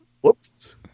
Whoops